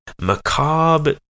macabre